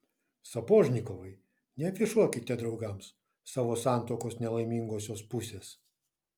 sapožnikovai neafišuokite draugams savo santuokos nelaimingosios pusės